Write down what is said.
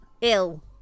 Ill